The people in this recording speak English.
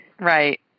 right